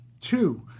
two